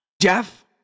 Jeff